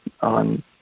on